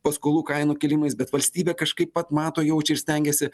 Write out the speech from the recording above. paskolų kainų kilimais bet valstybė kažkaip vat mato jaučia ir stengiasi